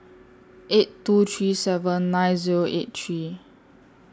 eight two three seven nine Zero eight three